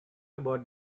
about